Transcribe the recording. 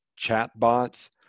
chatbots